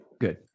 Good